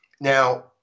Now